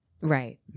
Right